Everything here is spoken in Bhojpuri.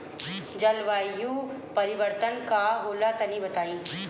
जलवायु परिवर्तन का होला तनी बताई?